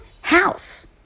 House